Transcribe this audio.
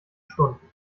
stunden